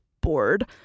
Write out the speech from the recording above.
Bored